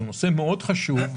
שהוא נושא חשוב מאוד,